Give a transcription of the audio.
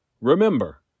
Remember